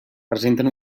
presenten